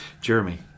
jeremy